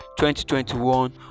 2021